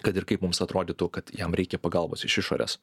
kad ir kaip mums atrodytų kad jam reikia pagalbos iš išorės